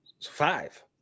Five